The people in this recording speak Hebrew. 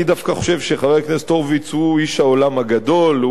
אני דווקא חושב שחבר הכנסת הורוביץ הוא איש העולם הגדול,